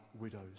widows